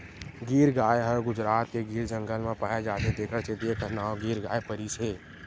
गीर गाय ह गुजरात के गीर जंगल म पाए जाथे तेखर सेती एखर नांव गीर गाय परिस हे